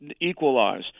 equalize